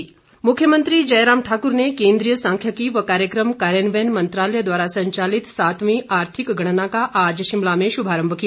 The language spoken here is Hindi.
आर्थिक गणना मुख्यमंत्री जयराम ठाकुर ने केंद्रीय सांख्यिकी व कार्यक्रम कार्यान्वयन मंत्रालय द्वारा संचालित सातवीं आर्थिक गणना का आज शिमला में शुभारंभ किया